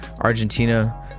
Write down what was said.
Argentina